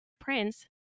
prince